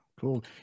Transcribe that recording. Cool